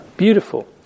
beautiful